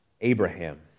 Abraham